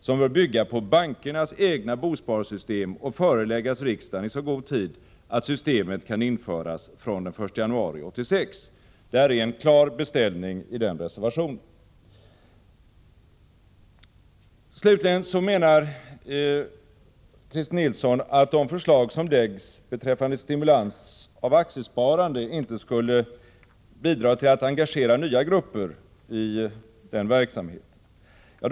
Förslaget bör bygga på bankernas egna bosparsystem och föreläggas riksdagen i så god tid att systemet kan införas fr.o.m. den 1 januari 1986.” Där är en klar beställning i den reservationen. Slutligen menar Christer Nilsson att de förslag som läggs fram beträffande stimulans av aktiesparande inte skulle bidra till att engagera nya grupper i den verksamheten.